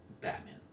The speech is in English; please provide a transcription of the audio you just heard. Batman